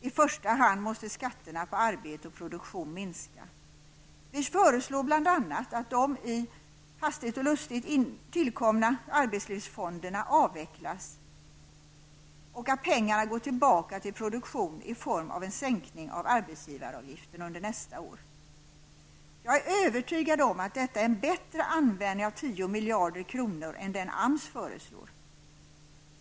I första hand måste skatterna på arbete och produktion minska. Vi föreslår bl.a. att de hastigt och lustigt tillkomna arbetslivsfonderna avvecklas och att pengarna går tillbaka till produktionen i form av en sänkning av arbetsgivaravgiften under nästa år. Jag är övertygad om att detta är en bättre användning av 10 miljarder kronor än den AMS föreslår.